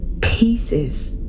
pieces